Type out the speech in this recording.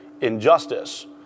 injustice